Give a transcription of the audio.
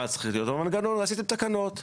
מה צריך להיות במנגנון, עשיתם תקנות וכו'.